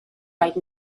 right